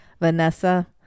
Vanessa